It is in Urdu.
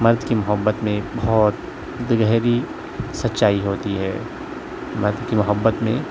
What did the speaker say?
مرد کی محبت میں ایک بہت گہری سچائی ہوتی ہے مرد کی محبت میں